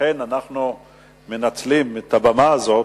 לכן אנחנו מנצלים את הבמה הזאת,